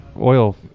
oil